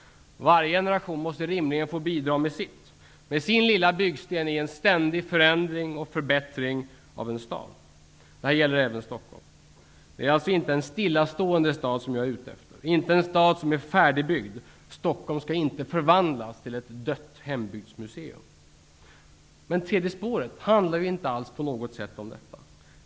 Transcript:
Varje generation måste rimligen få bidra med sitt, med sin lilla byggsten i en ständig förändring och förbättring av en stad -- detta gäller även Stockholm. Det är alltså inte en stillastående stad som jag är ute efter, inte en stad som är färdigbyggd. Stockholm skall inte förvandlas till ett dött hembygdsmuseum. Tredje spåret handlar inte alls om detta.